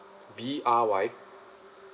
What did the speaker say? B R Y